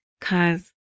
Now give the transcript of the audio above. cause